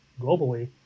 globally